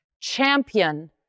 champion